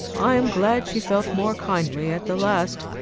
i am glad she felt more kindly at the last.